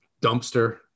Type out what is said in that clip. dumpster